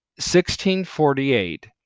1648